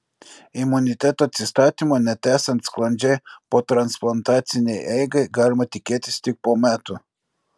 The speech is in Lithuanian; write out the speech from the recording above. imuniteto atsistatymo net esant sklandžiai potransplantacinei eigai galima tikėtis tik po metų